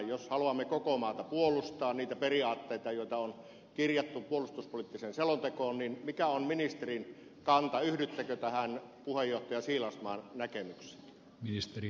jos haluamme koko maata puolustaa niitä periaatteita joita on kirjattu puolustuspoliittiseen selontekoon niin mikä on ministerin kanta yhdyttekö tähän puheenjohtaja siilasmaan näkemykseen